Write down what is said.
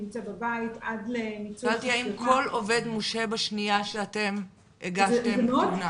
נמצא בבית --- שאלתי האם כל עובד מושהה בשנייה שאתם הגשתם תלונה.